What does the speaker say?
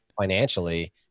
financially